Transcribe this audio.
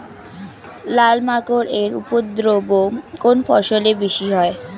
লাল মাকড় এর উপদ্রব কোন ফসলে বেশি হয়?